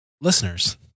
listeners